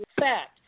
Fact